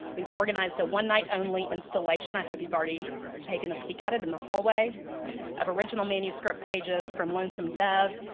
we've organized a one night only installation. i hope you've already taken a peek at it in the hallway of the original manuscript pages from lonesome dove,